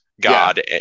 God